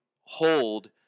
hold